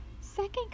Second